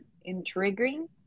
intriguing